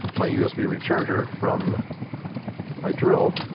my usb recharger from my drill.